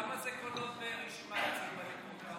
כמה קולות, בליכוד?